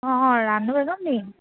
অঁ নি